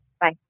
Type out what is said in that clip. Bye